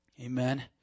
Amen